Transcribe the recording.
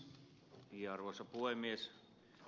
arvoisa puhemies